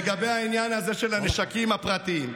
לגבי העניין הזה של הנשקים הפרטיים.